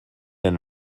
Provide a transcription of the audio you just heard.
and